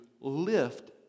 lift